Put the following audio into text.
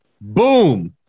Boom